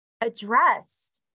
addressed